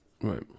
Right